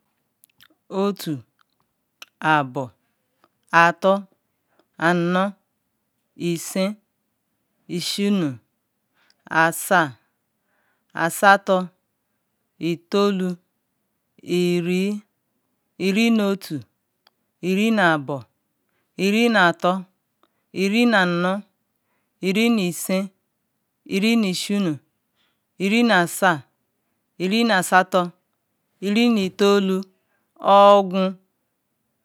Otu, abo, atul, anu, isiu, isinu, asa, asatul, itolu, iri iri nu otu iri nu abo iri nu atul iri nu anu iri nu isin iri nu ishinu iri nu asa iri nu asatul iri nu tolu ogun.